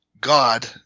God